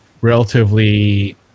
relatively